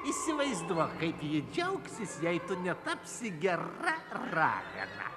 įsivaizduok kaip ji džiaugsis jei tu netapsi gera ragana